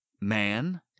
man